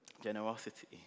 generosity